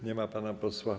Nie ma pana posła.